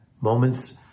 Moments